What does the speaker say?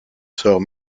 sort